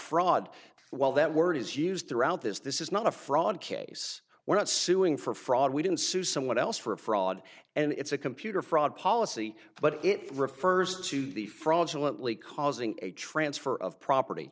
fraud well that word is used throughout this this is not a fraud case we're not suing for fraud we didn't sue someone else for fraud and it's a computer fraud policy but it refers to the fraudulent lee causing a transfer of property